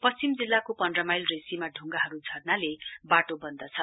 पश्चिम जिल्लाको पन्ध्र माईल रेशीभ्रा ढुंगाहरु झर्नाले वाटो वन्द छ